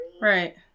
Right